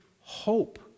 hope